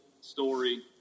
story